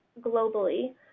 globally